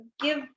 Give